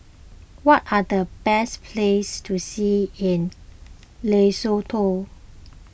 what are the best places to see in Lesotho